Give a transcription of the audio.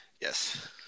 Yes